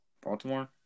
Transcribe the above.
Baltimore